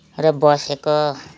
र बसेको